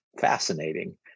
fascinating